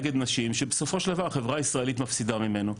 נגד נשים שבסופו של דבר החברה הישראלית מפסידה ממנו,